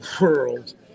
world